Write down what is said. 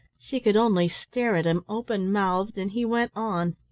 she could only stare at him open-mouthed, and he went on.